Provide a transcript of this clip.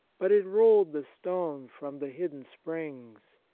but it rolled the stone from the hidden springs.